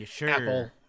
Apple